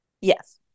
Yes